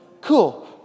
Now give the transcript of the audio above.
Cool